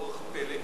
באורח פלא,